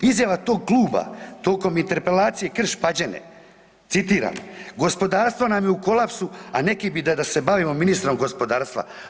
Izjava tog kluba tokom interpelacije Krš-Pađene, citiram, gospodarstvo nam je u kolapsu, a neki bi da da se bavimo ministrom gospodarstva.